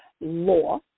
law